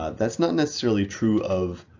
ah that's not necessarily true of